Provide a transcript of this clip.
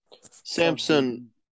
Samson